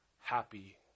happy